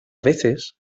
veces